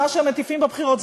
מה שהם מטיפים בבחירות,